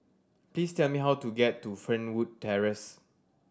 please tell me how to get to Fernwood Terrace